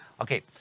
okay